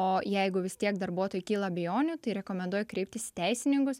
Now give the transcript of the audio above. o jeigu vis tiek darbuotojui kyla abejonių tai rekomenduoju kreiptis į teisininkus